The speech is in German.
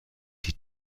die